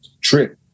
trip